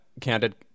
candid